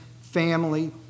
family